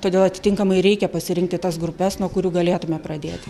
todėl atitinkamai reikia pasirinkti tas grupes nuo kurių galėtume pradėti